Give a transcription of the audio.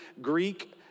Greek